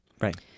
Right